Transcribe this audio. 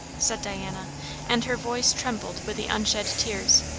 said diana and her voice trembled with the unshed tears.